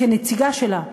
כנציגה שלה.